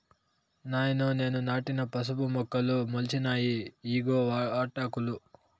నాయనో నేను నాటిన పసుపు మొక్కలు మొలిచినాయి ఇయ్యిగో వాటాకులు